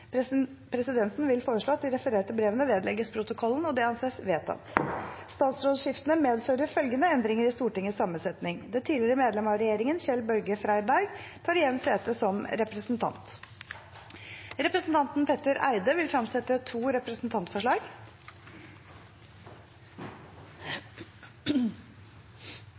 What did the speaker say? Presidenten vil foreslå at de refererte brevene vedlegges protokollen. – Det anses vedtatt. Statsrådsskiftene medfører følgende endringer i Stortingets sammensetning: Det tidligere medlemmet av regjeringen Kjell-Børge Freiberg tar igjen sete som representant. Representanten Petter Eide vil fremsette to representantforslag.